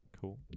cool